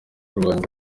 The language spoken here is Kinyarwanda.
kurwanya